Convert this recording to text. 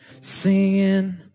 Singing